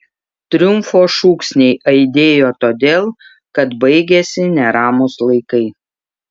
triumfo šūksniai aidėjo todėl kad baigėsi neramūs laikai